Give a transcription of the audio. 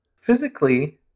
Physically